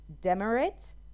demerit